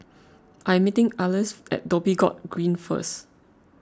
I am meeting Alys at Dhoby Ghaut Green first